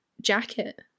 jacket